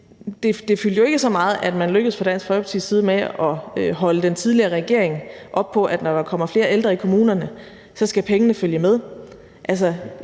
det fyldte jo ikke så meget, at man lykkedes fra Dansk Folkepartis side med at holde den tidligere regering op på, at når der kommer flere ældre i kommunerne, skal pengene følge med.